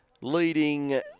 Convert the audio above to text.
leading